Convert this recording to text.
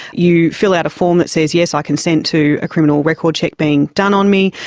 you fill out a form that says, yes, i consent to a criminal record check being done on me.